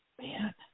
Man